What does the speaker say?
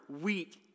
weak